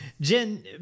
Jen